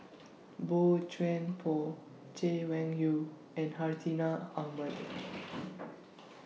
Boey Chuan Poh Chay Weng Yew and Hartinah Ahmad